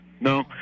No